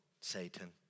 Satan